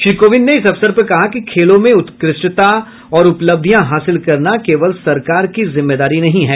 श्री कोविंद ने इस अवसर पर कहा कि खेलों में उत्कृष्टता और उपलब्धियां हासिल करना केवल सरकार की जिम्मेदारी नहीं है